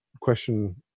question